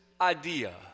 idea